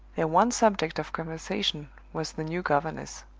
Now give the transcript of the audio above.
their one subject of conversation was the new governess.